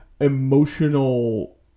emotional